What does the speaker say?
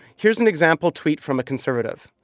here's an example tweet from a conservative.